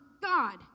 God